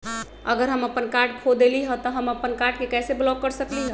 अगर हम अपन कार्ड खो देली ह त हम अपन कार्ड के कैसे ब्लॉक कर सकली ह?